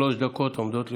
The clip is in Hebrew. שלוש דקות עומדות לרשותך.